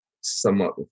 somewhat